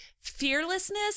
fearlessness